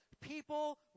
people